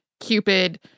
Cupid